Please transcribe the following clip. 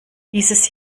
dieses